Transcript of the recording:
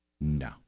no